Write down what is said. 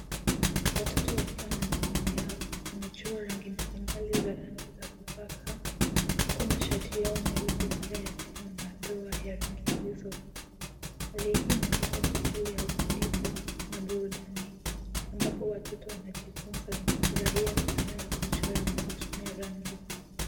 Watoto wakiwa na mikono yao imechorwa rangi mbalimbali za rangi za kupaka huku mashati yao meupe pia yakiwa na madoa ya rangi hizo. Hali hii inaonyesha shughuli ya ubunifu na burudani ambapo watoto wanajifunza na kufurahia sana ya kuchora kwa kutumia rangi.